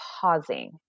pausing